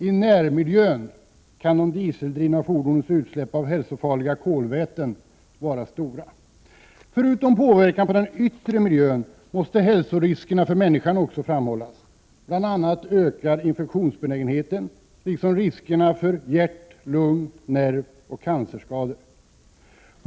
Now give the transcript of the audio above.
I närmiljön kan de dieseldrivna fordonens utsläpp av hälsofarliga kolväten vara stora. Förutom påverkan på den yttre miljön måste också hälsoriskerna för människan framhållas. Bl.a. ökar infektionsbenägenheten liksom riskerna för hjärt-, lung-, nervoch cancerskador.